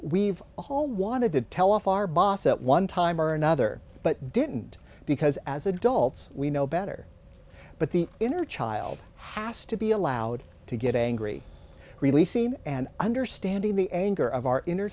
we've all wanted to tell off our boss at one time or another but didn't because as adults we know better but the inner child has to be allowed to get angry really seen and understanding the anger of our inner